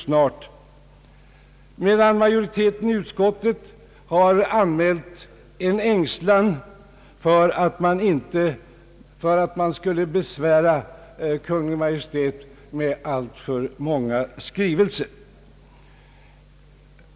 Utskottets majoritet har dock anmält en ängslan för att besvära Kungl. Maj:t med alltför många skrivelser.